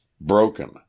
BROKEN